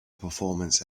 performance